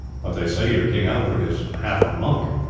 but they say your king alfred is half a monk,